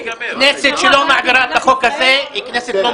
כנסת שלא מעבירה את החוק הזה היא כנסת לא מכבדת.